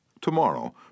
Tomorrow